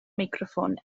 meicroffon